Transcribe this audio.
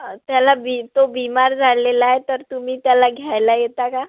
त्याला बिम तो बिमार झालेला आहे तर तुम्ही त्याला घ्यायला येता का